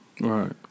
Right